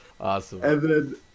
awesome